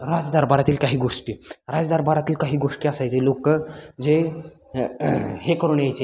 राजदरबारातील काही गोष्टी राजदरबारातील काही गोष्टी असायचे लोक जे हे करून यायचे